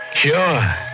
Sure